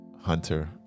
Hunter